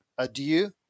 Adieu